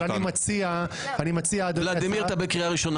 אני מציע ------ ולדימיר, אתה בקריאה ראשונה.